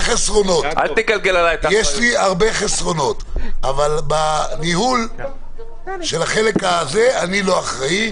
חסרונות, אבל בניהול של החלק הזה אני לא אחראי.